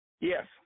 Yes